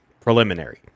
preliminary